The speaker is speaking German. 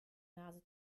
nase